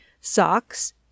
Socks